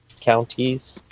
counties